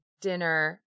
dinner